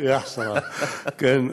"אחסרה", כן.